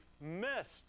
missed